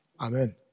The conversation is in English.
Amen